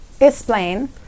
Explain